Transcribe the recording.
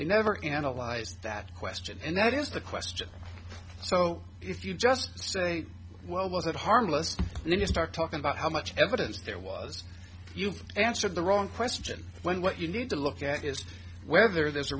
they never analyzed that question and that is the question so if you just say well was it harmless then you start talking about how much evidence there was you answered the wrong question when what you need to look at is whether there's a